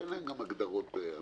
שאין להם גם הגדרות אמיתיות.